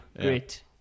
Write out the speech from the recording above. Great